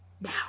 Now